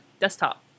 desktop